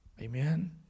Amen